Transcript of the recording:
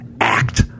act